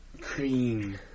Cream